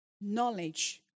knowledge